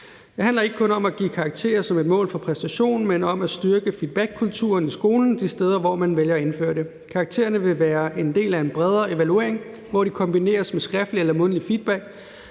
Det handler ikke kun om at give karakterer som et mål for præstation, men om at styrke feedbackkulturen i skolen de steder, hvor man vælger at indføre det. Karaktererne vil være en del af en bredere evaluering, hvor det kombineres med skriftlig eller mundtlig feedback,